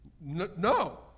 No